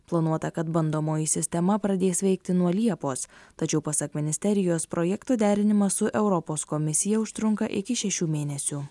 planuota kad bandomoji sistema pradės veikti nuo liepos tačiau pasak ministerijos projektų derinimas su europos komisija užtrunka iki šešių mėnesių